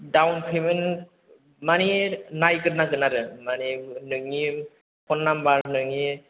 down payment मानि नायग्रोनांगोन आरो मानि नोंनि फन नाम्बार नोंनि